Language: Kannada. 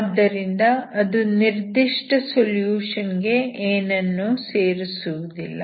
ಆದ್ದರಿಂದ ಅದು ನಿರ್ದಿಷ್ಟ ಸೊಲ್ಯೂಷನ್ ಗೆ ಏನನ್ನೂ ಸೇರಿಸುವುದಿಲ್ಲ